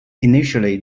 initially